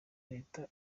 leta